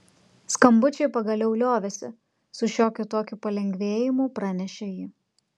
skambučiai pagaliau liovėsi su šiokiu tokiu palengvėjimu pranešė ji